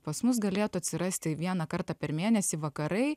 pas mus galėtų atsirasti vieną kartą per mėnesį vakarai